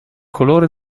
colore